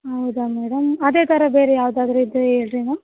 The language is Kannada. ಹೌದ ಮೇಡಮ್ ಅದೆ ಥರ ಬೇರೆ ಯಾವುದಾದ್ರು ಇದ್ದರೆ ಹೇಳ್ರಿ ಮ್ಯಾಮ್